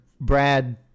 Brad